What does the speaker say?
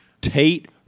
Tate